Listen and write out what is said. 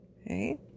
okay